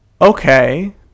Okay